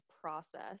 process